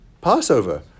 passover